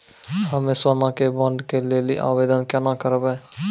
हम्मे सोना के बॉन्ड के लेली आवेदन केना करबै?